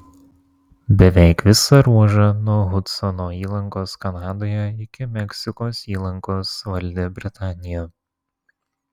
beveik visą ruožą nuo hudsono įlankos kanadoje iki meksikos įlankos valdė britanija